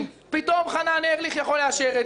פתאום חנן ארליך יכול לאשר את זה.